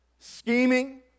Scheming